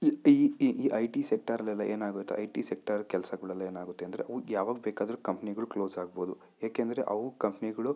ಈ I T ಸೆಕ್ಟರ್ಲೆಲ್ಲ ಏನಾಗುತ್ತೆ ಐ ಟಿ ಸೆಕ್ಟರ್ ಕೆಲ್ಸಗಳಲ್ಲಿ ಏನಾಗುತ್ತೆ ಅಂದರೆ ಅವು ಯಾವಾಗ ಬೇಕಾದರು ಕಂಪ್ನಿಗಳು ಕ್ಲೋಸ್ ಆಗಬೋದು ಏಕೆಂದರೆ ಅವು ಕಂಪ್ನಿಗಳು